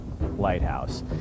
lighthouse